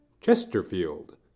Chesterfield